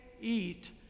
eat